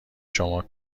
شما